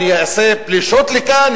אני אעשה פלישות לכאן,